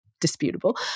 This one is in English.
disputable